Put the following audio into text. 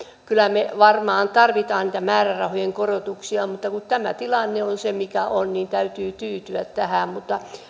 kyllä me varmaan tarvitsemme näitä määrärahojen korotuksia mutta kun tämä tilanne on se mikä on niin täytyy tyytyä tähän mutta